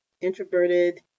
introverted